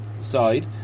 side